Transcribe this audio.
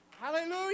Hallelujah